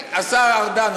השר ארדן,